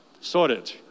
sorted